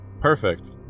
perfect